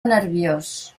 nerviós